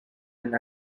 and